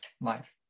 Life